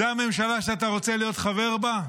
זו הממשלה שאתה רוצה להיות חבר בה?